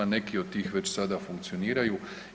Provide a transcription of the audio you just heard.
Neki od tih već sada funkcioniraju.